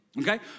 Okay